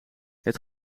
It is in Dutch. het